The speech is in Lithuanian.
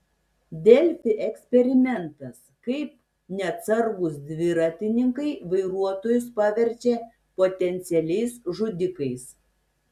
delfi eksperimentas kaip neatsargūs dviratininkai vairuotojus paverčia potencialiais žudikais